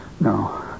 No